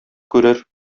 күрер